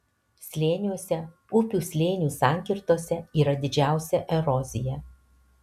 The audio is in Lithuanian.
slėniuose upių slėnių sankirtose yra didžiausia erozija